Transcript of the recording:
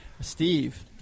Steve